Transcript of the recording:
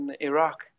Iraq